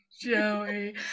Joey